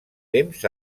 temps